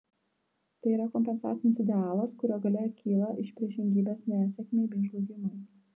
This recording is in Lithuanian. tai yra kompensacinis idealas kurio galia kyla iš priešingybės nesėkmei bei žlugimui